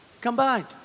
combined